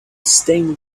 stained